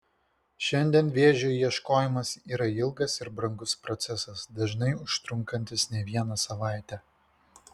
šiandien vėžio ieškojimas yra ilgas ir brangus procesas dažnai užtrunkantis ne vieną savaitę